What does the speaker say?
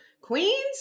Queens